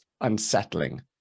unsettling